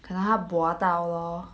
可能她 bua 到咯